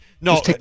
No